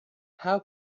how